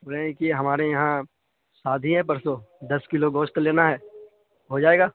دیکھیے ہمارے یہاں شادی ہے پرسو دس کلو گوشت لینا ہے ہو جائے گا